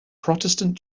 protestant